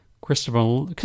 Christopher